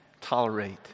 tolerate